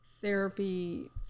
therapy